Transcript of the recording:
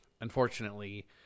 unfortunately